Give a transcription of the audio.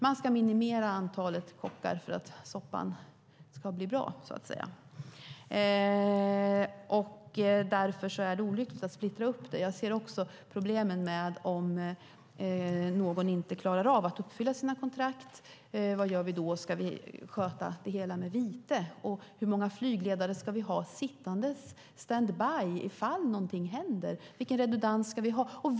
Man ska minimera antalet kockar för att soppan ska bli bra. Därför är det olyckligt med en splittring. Jag ser också problem om någon inte klarar av att uppfylla sitt kontrakt. Vad gör vi då? Ska det hela skötas med hjälp av vite? Hur många flygledare ska sitta standby om något händer? Vilken redundans ska vi ha?